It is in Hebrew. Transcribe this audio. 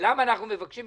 למה אנחנו מבקשים?